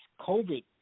COVID